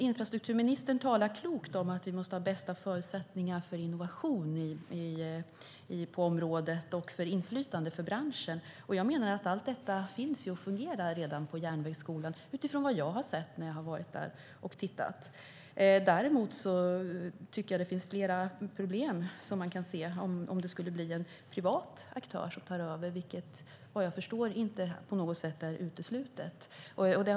Infrastrukturministern talar klokt om att vi måste ha bästa förutsättningar för innovation på området och för inflytande för branschen. Jag menar att allt detta redan finns och fungerar på Järnvägsskolan, utifrån vad jag har sett när jag har varit där och tittat. Däremot tycker jag att man kan se flera problem om en privat aktör skulle ta över, vilket inte på något sätt är uteslutet, vad jag förstår.